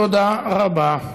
תודה רבה.